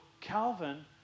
Calvin